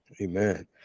amen